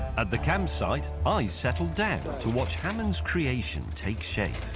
at the campsite, i settled down to watch hammond's creation take shape.